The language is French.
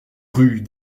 rues